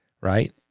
right